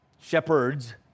shepherds